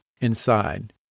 inside